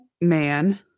man